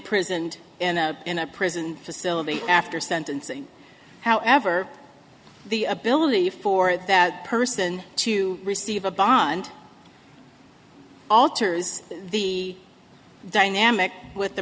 prisoned and in a prison facility after sentencing however the ability for that person to receive a bond alters the dynamic with